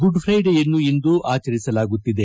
good ಫ್ರೈಡೆಯನ್ನು ಇಂದು ಆಚರಿಸಲಾಗುತ್ತಿದೆ